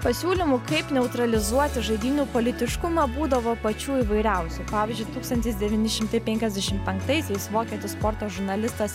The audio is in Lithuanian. pasiūlymų kaip neutralizuoti žaidynių politiškumą būdavo pačių įvairiausių pavyzdžiui tūkstantis devyni šimtai penkiasdešim penktaisiais vokietis sporto žurnalistas